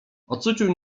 ocucił